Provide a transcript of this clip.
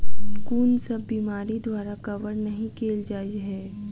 कुन सब बीमारि द्वारा कवर नहि केल जाय है?